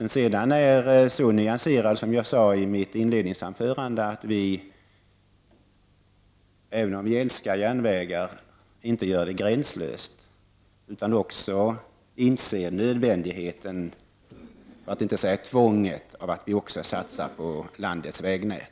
Vår inställning är förvisso så nyanserad som jag sade i mitt inledningsanförande. Även om vi älskar järnvägen, så gör vi det inte gränslöst. Vi inser också nödvändigheten, för att inte säga tvånget, av att också satsa på landets vägnät.